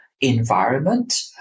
environment